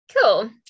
cool